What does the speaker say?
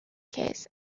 case